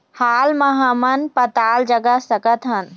हाल मा हमन पताल जगा सकतहन?